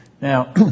Now